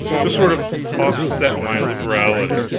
to sort of offset my liberality,